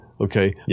Okay